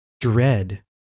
dread